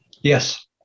yes